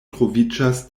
troviĝas